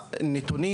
הנתונים,